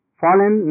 fallen